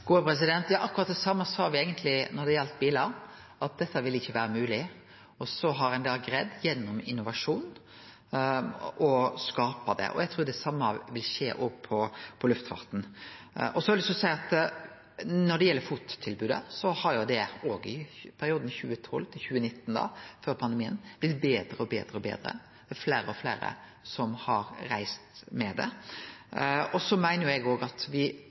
Ja, akkurat det same sa me eigentleg når det gjaldt bilar, at dette ikkje ville vere mogleg. Så har ein da gjennom innovasjon greidd å skape det. Eg trur det same vil skje òg for luftfarten. Så har eg lyst til å seie at når det gjeld FOT-tilbodet, har det i perioden 2012–2019, før pandemien, blitt betre og betre. Det er fleire og fleire som har reist med det. Eg meiner at me òg må ha det sånn at